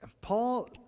Paul